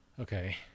Okay